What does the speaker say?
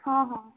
ହଁ ହଁ